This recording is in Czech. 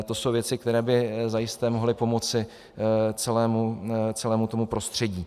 To jsou věci, které by zajisté mohly pomoci celému tomu prostředí.